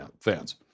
fans